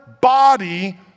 body